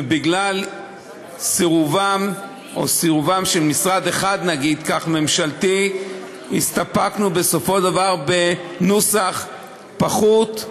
ובגלל סירובו של משרד אחד ממשלתי הסתפקנו בנוסח פחוּת,